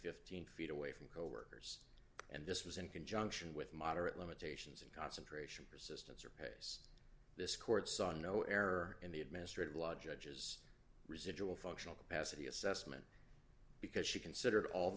fifteen feet away from coworkers and this was in conjunction with moderate limitations and concentration present this court saw no error in the administrative law judges residual functional capacity assessment because she considered all